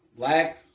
Black